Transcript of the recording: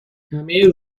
همه